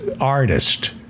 Artist